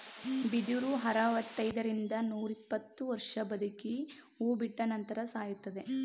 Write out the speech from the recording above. ಬಿದಿರು ಅರವೃತೈದರಿಂದ ರಿಂದ ನೂರಿಪ್ಪತ್ತು ವರ್ಷ ಬದುಕಿ ಹೂ ಬಿಟ್ಟ ನಂತರ ಸಾಯುತ್ತದೆ